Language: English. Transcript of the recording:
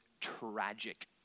tragic